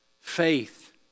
faith